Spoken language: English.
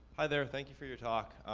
hi there, thank you for your talk.